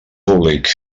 públic